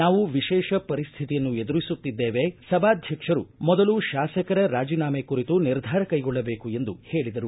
ನಾವು ವಿಶೇಷ ಪರಿಸ್ಥಿತಿಯನ್ನು ಎದುರಿಸುತ್ತಿದ್ದೇವೆ ಸಭಾಧ್ಯಕ್ಷರು ಮೊದಲು ಶಾಸಕರ ರಾಜಿನಾಮೆ ಕುರಿತು ನಿರ್ಧಾರ ಕೈಗೊಳ್ಳಬೇಕು ಎಂದು ಹೇಳಿದರು